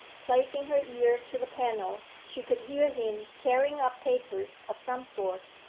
placing her ear to the panel, she could hear him tearing up papers of some sort,